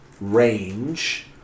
range